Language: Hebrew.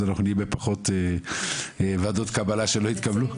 אנחנו נהיה בפחות ועדות קבלה שלא התקבלו.